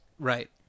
Right